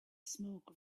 smoke